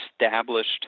established